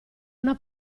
una